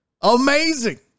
amazing